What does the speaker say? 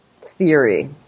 theory